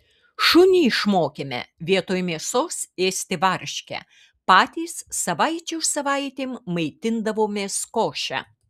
šunį išmokėme vietoj mėsos ėsti varškę patys savaičių savaitėm maitindavomės koše